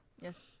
Yes